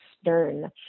Stern